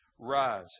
Rise